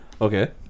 Okay